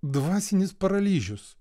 dvasinis paralyžius